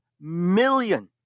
million